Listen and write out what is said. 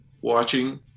watching